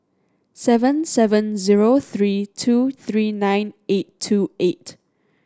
seven seven zero three two three nine eight two eight